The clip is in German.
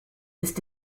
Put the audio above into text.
ist